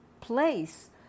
place